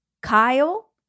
Kyle